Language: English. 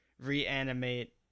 reanimate